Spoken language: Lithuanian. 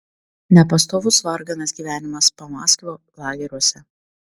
nepastovus varganas gyvenimas pamaskvio lageriuose